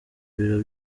biro